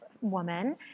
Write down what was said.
woman